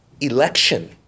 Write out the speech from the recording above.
election